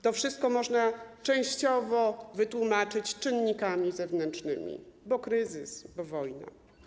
To wszystko można częściowo wytłumaczyć czynnikami zewnętrznymi, bo kryzys, bo wojna.